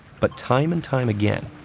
but time and time again,